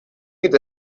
geht